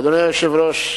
אדוני היושב-ראש,